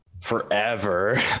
forever